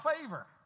favor